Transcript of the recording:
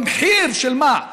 במחיר של מה?